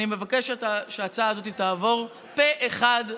אני מבקשת שההצעה זאת תעבור פה אחד.